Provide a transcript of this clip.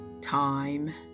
time